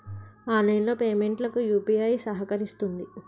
online payment లకు UPI సహకరిస్తుంది